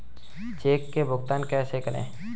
Check से भुगतान कैसे करें?